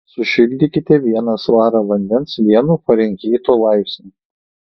sušildykite vieną svarą vandens vienu farenheito laipsniu